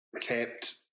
kept